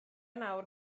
nawr